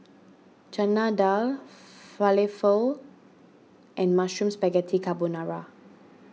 Chana Dal Falafel and Mushroom Spaghetti Carbonara